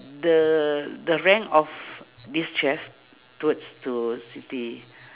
the the rank of this chef towards to siti